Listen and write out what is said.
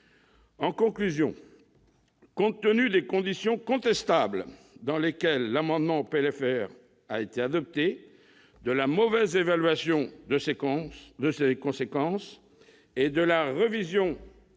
En conclusion, compte tenu des conditions contestables dans lesquelles l'amendement au PLFR a été adopté, de la mauvaise évaluation de ses conséquences et de la révision éclairée